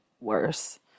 worse